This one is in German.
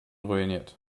ruiniert